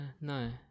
No